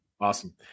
Awesome